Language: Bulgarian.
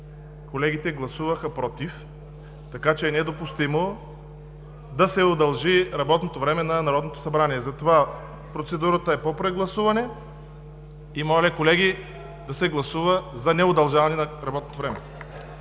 Колегите гласуваха „против“, така че е недопустимо да се удължи работното време на Народното събрание. Затова процедурата ми е по прегласуване и моля, колеги, да се гласува за неудължаване на работното време.